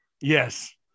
Yes